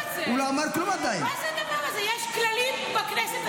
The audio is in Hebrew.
ואין לך שום דבר שאת יכולה לעשות נגד זה.